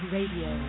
Radio